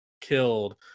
killed